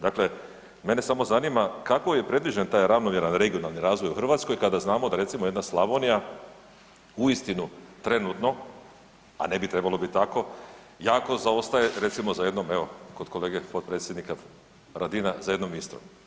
Dakle, mene samo zanima kako je predviđen taj ravnomjeran regionalni razvoj u Hrvatskoj, kada znamo da jedna Slavonija uistinu trenutno, a ne bi trebalo bit tako jako zaostaje recimo za jednom evo kod kolege potpredsjednika Radina za jednom Istrom.